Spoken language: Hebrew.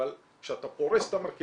אבל כשאתה פורש את המרכיבים,